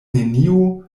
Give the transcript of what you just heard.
nenio